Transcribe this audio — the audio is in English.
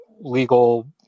legal